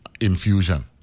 infusion